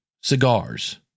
cigars